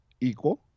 equal